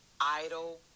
idle